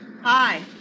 Hi